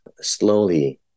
slowly